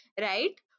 right